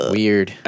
weird